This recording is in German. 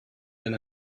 denn